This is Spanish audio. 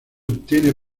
obtiene